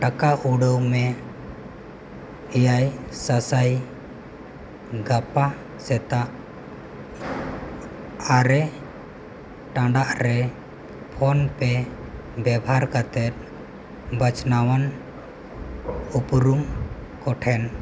ᱴᱟᱠᱟ ᱩᱰᱟᱹᱣ ᱢᱮ ᱮᱭᱟᱭ ᱥᱟᱥᱟᱭ ᱜᱟᱯᱟ ᱥᱮᱛᱟᱜ ᱟᱨᱮ ᱴᱟᱲᱟᱝ ᱨᱮ ᱯᱷᱳᱱᱯᱮ ᱵᱮᱵᱚᱦᱟᱨ ᱠᱟᱛᱮᱫ ᱵᱟᱪᱷᱱᱟᱣᱟᱱ ᱩᱯᱨᱩᱢ ᱠᱚ ᱴᱷᱮᱱ